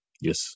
Yes